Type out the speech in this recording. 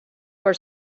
for